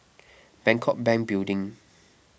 Bangkok Bank Building